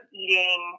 eating